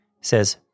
Says